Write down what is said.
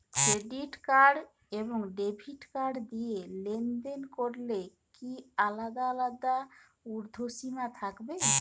Credit card এবং debit card দিয়ে লেনদেন করলে কি আলাদা আলাদা ঊর্ধ্বসীমা থাকবে?